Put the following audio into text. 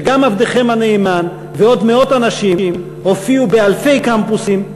וגם עבדכם הנאמן ועוד מאות אנשים הופיעו באלפי קמפוסים,